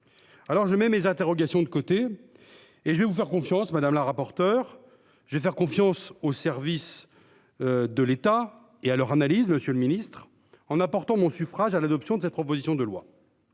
Alors je mets mes interrogations de côté. Et je vais vous faire confiance madame la rapporteure. Je vais faire confiance aux services. De l'État et à leur analyse Monsieur le Ministre, en apportant mon suffrage à l'adoption de cette proposition de loi.